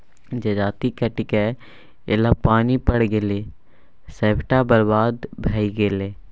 जजाति कटिकए ऐलै आ पानि पड़ि गेलै सभटा बरबाद भए गेलै